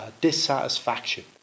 dissatisfaction